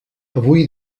avui